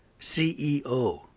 ceo